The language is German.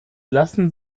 lassen